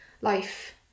life